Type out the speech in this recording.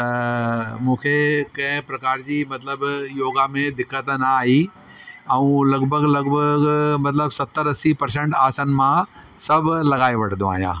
त मूंखे कंहिं प्रकार जी मतिलब योगा में दिक़तु न आयी ऐं लॻभॻि लॻभॻि मतिलब सतरि असी पर्सेंट आसन मां सभु लॻाए वठंदो आहियां